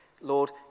Lord